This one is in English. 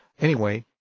anyway,